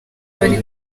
bari